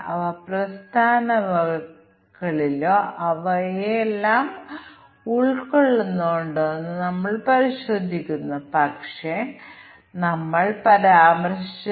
തീരുമാന പട്ടിക അടിസ്ഥാനമാക്കിയുള്ള പരിശോധനയും കാരണ ഫല ഗ്രാഫും സാധ്യമായ എല്ലാ ഇൻപുട്ട് കോമ്പിനേഷനുകളും ഞങ്ങൾ പരിഗണിച്ചു